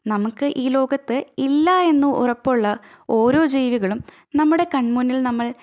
നമുക്ക് ഈ ലോകത്ത് ഇല്ലാ എന്ന് ഉറപ്പുള്ള ഓരോ ജീവികളും നമ്മുടെ കണ്മുന്നില് നമ്മള്